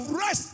rest